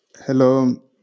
Hello